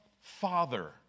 Father